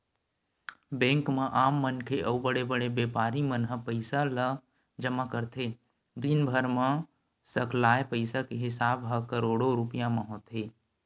bank म आम मनखे अउ बड़े बड़े बेपारी मन ह पइसा ल जमा करथे, दिनभर म सकलाय पइसा के हिसाब ह करोड़ो रूपिया म होथे